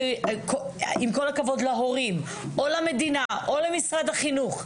עם כל הכבוד להורים או למדינה או למשרד החינוך,